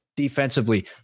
defensively